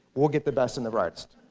we'll get the best and the brightest.